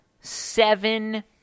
seven